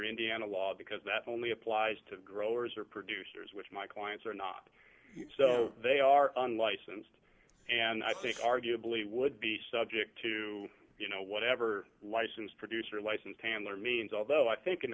indiana law because that only applies to growers or producers which my clients are not so they are unlicensed and i think arguably would be subject to you know whatever license producer license handler means although i think in the